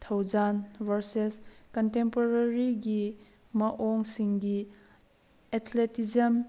ꯊꯧꯖꯥꯟ versus ꯀꯟꯇꯦꯝꯄꯣꯔꯔꯤꯒꯤ ꯃꯑꯣꯡꯁꯤꯡꯒꯤ athleticism